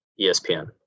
ESPN